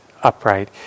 upright